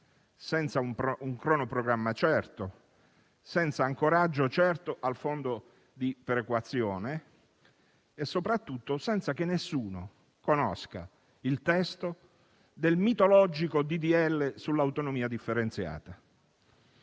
senza un cronoprogramma né un ancoraggio certo al fondo di perequazione e, soprattutto, senza che nessuno conosca il testo del mitologico disegno di legge sull'autonomia differenziata.